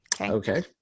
Okay